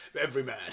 Everyman